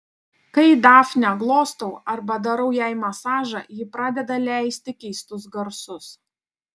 kai dafnę glostau arba darau jai masažą ji pradeda leisti keistus garsus